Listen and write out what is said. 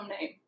name